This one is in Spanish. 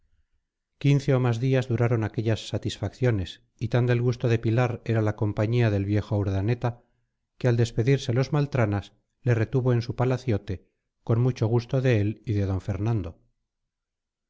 quince o más días duraron aquellas satisfacciones y tan del gusto de pilar era la compañía del viejo urdaneta que al despedirse los maltranas le retuvo en su palaciote con mucho gusto de él y de d fernando